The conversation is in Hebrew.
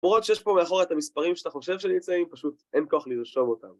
למרות שיש פה מאחורה את המספרים שאתה חושב שנמצאים, פשוט אין כוח לרשום אותם.